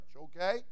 okay